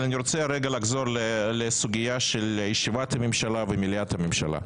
אבל אני רוצה רגע לחזור לסוגיה של ישיבת הממשלה ומליאת הממשלה.